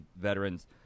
veterans